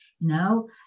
No